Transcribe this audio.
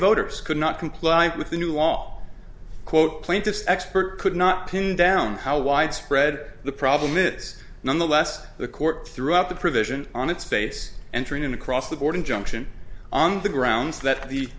voters could not comply with the new all quote plaintiff's expert could not pin down how widespread the problem is nonetheless the court threw out the provision on its face entering an across the board injunction on the grounds that the